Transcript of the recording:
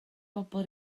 bobl